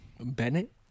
Bennett